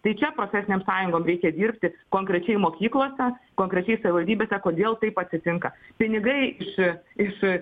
tai čia profesinėm sąjungom reikia dirbti konkrečiai mokyklose konkrečiai savivaldybėse kodėl taip atsitinka pinigai iš iš